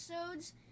episodes